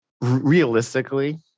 realistically